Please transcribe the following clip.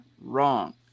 wrong